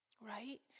right